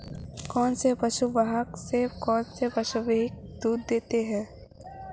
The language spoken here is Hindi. कौनसे पशु आहार से पशु अधिक दूध देते हैं?